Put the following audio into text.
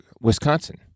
Wisconsin